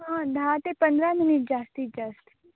ह दहा ते पंधरा मिनिट जास्तीत जास्त